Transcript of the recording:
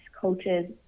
coaches